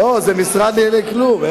לא, זה משרד לענייני כלום.